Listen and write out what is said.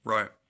Right